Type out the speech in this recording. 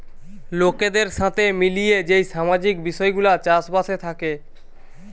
লোকদের সাথে মিলিয়ে যেই সামাজিক বিষয় গুলা চাষ বাসে থাকে